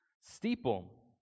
steeple